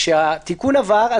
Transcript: כשהתיקון עבר,